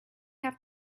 have